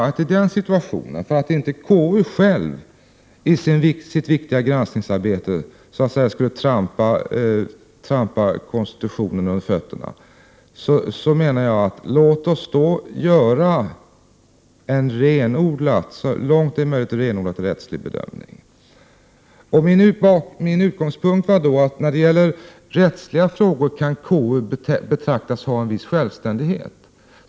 I den situationen, för att inte KU i sitt viktiga granskningsarbete skulle så att säga trampa konstitutionen under fötterna, menade jag att vi skulle göra en så långt det var möjligt renodlat rättslig bedömning. Min utgångspunkt var att KU när det gäller rättsliga frågor kan betraktas ha en viss självständighet.